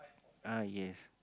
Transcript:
ah yes